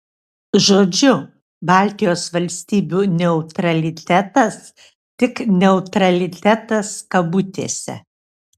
žodžiu baltijos valstybių neutralitetas tik neutralitetas kabutėse